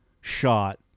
shot